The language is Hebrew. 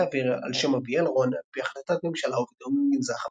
אוויר ע"ש אביאל רון" על פי החלטת ממשלה ובתיאום עם גנזך המדינה.